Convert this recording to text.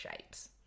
shapes